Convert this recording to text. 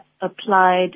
applied